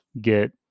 get